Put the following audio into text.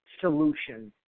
solution